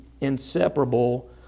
inseparable